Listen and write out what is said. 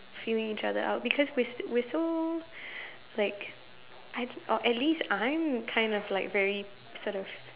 feeling each other out because we're we're so like I or at least I'm kind of like very sort of